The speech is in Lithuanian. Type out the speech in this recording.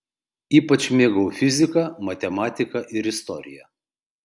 ypač mėgau fiziką matematiką ir istoriją